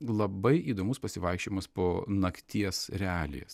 labai įdomus pasivaikščiojimas po nakties realijas